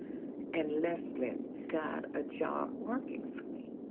and lesline got a job working for me.